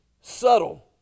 Subtle